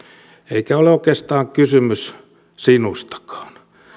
eikä ole oikeastaan kysymys sinustakaan